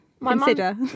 consider